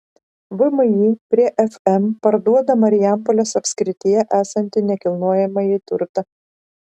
vmi prie fm parduoda marijampolės apskrityje esantį nekilnojamąjį turtą